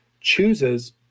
chooses